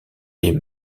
les